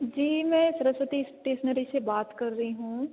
जी मैं सरस्वती इस्टेशनरी से बात कर रही हूँ